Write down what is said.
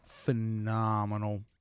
phenomenal